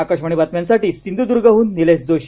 आकाशवाणी बातम्यांसाठी सिंधुदुर्गहून निलेश जोशी